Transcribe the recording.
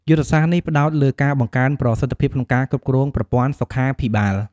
យុទ្ធសាស្ត្រនេះផ្តោតលើការបង្កើនប្រសិទ្ធភាពក្នុងការគ្រប់គ្រងប្រព័ន្ធសុខាភិបាល។